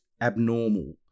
abnormal